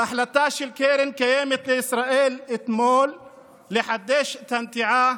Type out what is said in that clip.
וההחלטה של קרן קיימת לישראל אתמול לחדש את הנטיעה